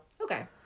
Okay